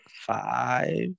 five